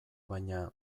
baina